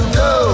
go